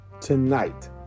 tonight